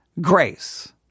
grace